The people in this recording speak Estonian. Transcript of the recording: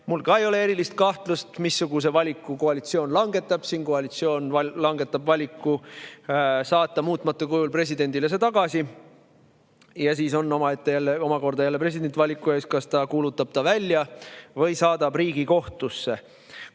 Mul ei ole erilist kahtlust, missuguse valiku koalitsioon langetab. Koalitsioon langetab valiku saata seadus muutmata kujul presidendile tagasi. Siis on omakorda jälle president valiku ees, kas ta kuulutab seaduse välja või saadab Riigikohtusse.